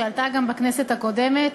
שעלתה גם בכנסת הקודמת,